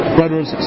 brothers